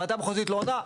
הוועדה המחוזית לא עונה?